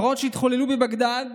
הפרעות שהתחוללו בבגדאד